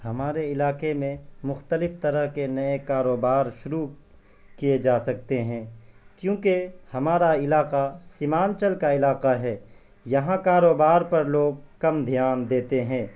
ہمارے علاکے میں مختلف طرح کے نئے کاروبار شروع کیے جا سکتے ہیں کیونکہ ہمارا علاقہ سیمانچل کا علاقہ ہے یہاں کاروبار پر لوگ کم دھیان دیتے ہیں